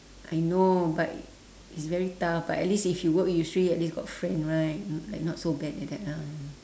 I know but it's very tough but at least if you work yusri at least got friend right like not so bad like that lah